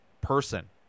person